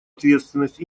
ответственность